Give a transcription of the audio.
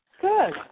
good